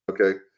Okay